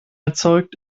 erzeugt